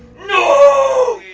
no!